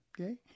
Okay